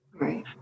Right